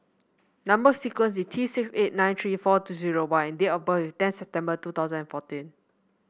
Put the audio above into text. number sequence is T six eight nine three four two zero Y date of birth is tenth September two thousand and fourteen